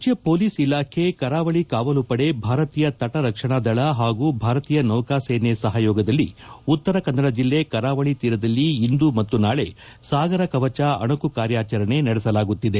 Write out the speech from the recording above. ರಾಜ್ಯ ಪೋಲಿಸ್ ಇಲಾಖೆ ಕರಾವಳಿ ಕಾವಲು ಪಡೆ ಭಾರತೀಯ ತಟ ರಕ್ಷಣಾ ದಳ ಹಾಗೂ ಭಾರತೀಯ ನೌಕಾಸೇನೆ ಸಹಯೋಗದಲ್ಲಿ ಉತ್ತರ ಕನ್ನಡ ಜಿಲ್ಲೆ ಕರಾವಳಿ ತೀರದಲ್ಲಿ ಇಂದು ಮತ್ತು ನಾಳೆ ಸಾಗರ ಕವಚ ಅಣುಕು ಕಾರ್ಯಾಚರಣೆ ನಡೆಸಲಾಗುತ್ತಿದೆ